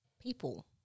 people